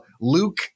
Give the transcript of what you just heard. Luke